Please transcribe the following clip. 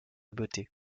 beauté